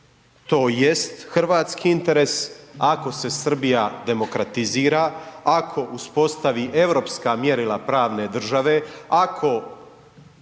to jest hrvatski interes ako se Srbija demokratizira, ako uspostavi europska mjerila pravne države, ako